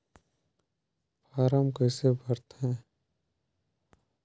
Form कइसे भरते?